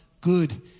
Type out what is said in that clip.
good